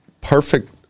perfect